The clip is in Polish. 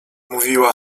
mówiła